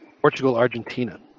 Portugal-Argentina